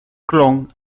clon